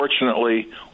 unfortunately